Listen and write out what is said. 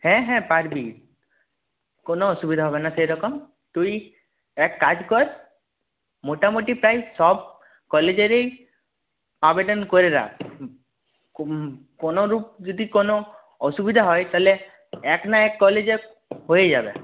হ্যাঁ হ্যাঁ পারবি কোনো অসুবিধা হবে না সেইরকম তুই এক কাজ কর মোটামুটি প্রায় সব কলেজেরই আবেদন করে রাখ কোনোরূপ যদি কোনো অসুবিধা হয় তাহলে এক না এক কলেজে হয়ে যাবে